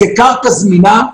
זה קרקע זמינה.